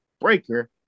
Breaker